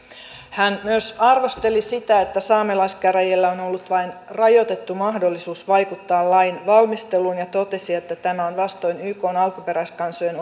hän myös arvosteli sitä että saamelaiskäräjillä on ollut vain rajoitettu mahdollisuus vaikuttaa lain valmisteluun ja totesi että tämä on vastoin ykn alkuperäiskansojen